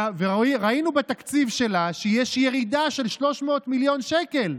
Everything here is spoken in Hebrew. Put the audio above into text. וראינו בתקציב שלהם שיש ירידה של 300 מיליון שקל,